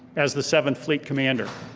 as the seventh fleet commander.